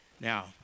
Now